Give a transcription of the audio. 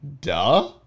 Duh